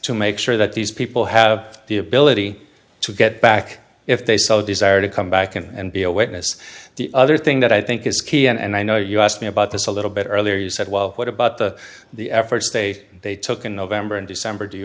to make sure that these people have the ability to get back if they so desire to come back and be a witness the other thing that i think is key and i know you asked me about this a little bit earlier you said well what about the the efforts they they took in november and december do you